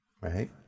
right